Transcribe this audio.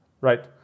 Right